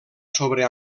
sobre